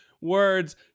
words